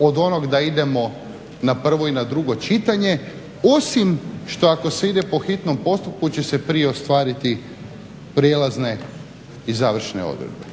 od onog da idemo na prvo i na drugo čitanje osim što ako se ide po hitnom postupku će se prije ostvariti prijelazne i završne odredbe.